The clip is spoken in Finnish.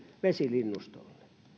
vesilinnustolle